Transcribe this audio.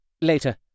Later